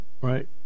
right